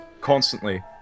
Constantly